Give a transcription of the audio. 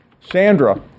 Sandra